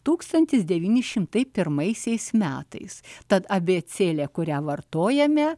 tūkstantis devyni šimtai pirmaisiais metais tad abėcėlė kurią vartojame